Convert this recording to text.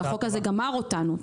החוק הזה גמר אותנו.